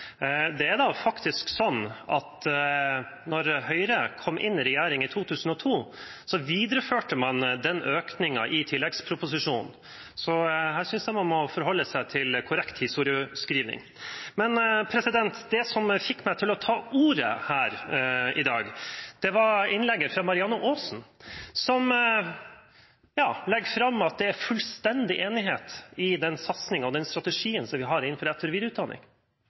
Det er faktisk sånn at da Høyre kom inn i regjering i 2002, videreførte man den økningen i tilleggsproposisjonen. Her synes jeg man må forholde seg til korrekt historieskriving. Det som fikk meg til å ta ordet her i dag, var innlegget fra Marianne Aasen, som la fram at det er fullstendig enighet i den satsingen og den strategien vi har innenfor etter-